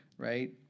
right